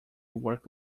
work